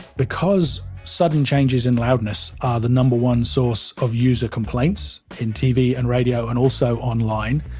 because sudden changes in loudness are the number one source of user complaints in tv and radio and also online,